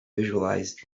visualized